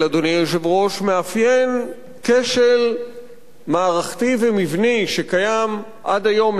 מאפיין כשל מערכתי ומבני שקיים עד היום,